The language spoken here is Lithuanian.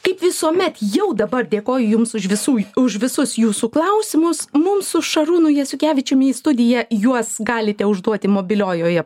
kaip visuomet jau dabar dėkoju jums už visų už visus jūsų klausimus mums su šarūnu jasiukevičiumi į studiją juos galite užduoti mobiliojoje